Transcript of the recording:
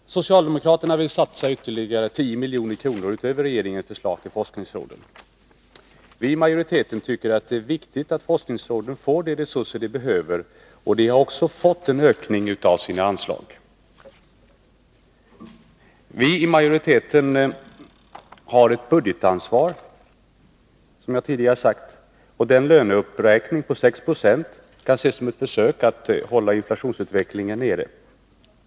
Herr talman! Socialdemokraterna vill satsa ytterligare 10 milj.kr., utöver regeringens förslag, till forskningsråden. Vi i majoriteten tycker att det är viktigt att forskningsråden får de resurser de behöver, och de har också fått en ökning av sina anslag. Vi i majoriteten har ett budgetansvar, som jag tidigare har sagt, och den löneuppräkning på 6 26 som vi tillstyrker kan ses som ett försök att hålla inflationsutvecklingen nere.